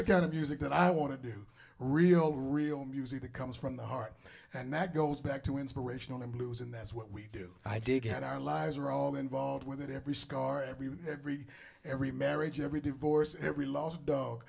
the kind of music that i want to do real real music that comes from the heart and that goes back to inspirational and blues and that's what we do i dig and our lives are all involved with it every scar every every every marriage every divorce every last dog